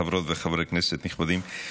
חברות וחברי כנסת נכבדים,